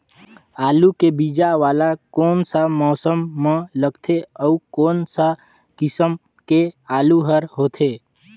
आलू के बीजा वाला कोन सा मौसम म लगथे अउ कोन सा किसम के आलू हर होथे?